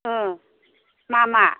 मा मा